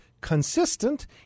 consistent